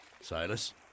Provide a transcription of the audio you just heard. Silas